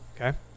okay